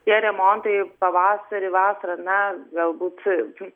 tie remontai pavasarį vasarą na galbūt